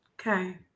Okay